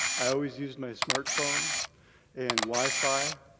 i always used my smartphone and wi-fi.